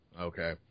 Okay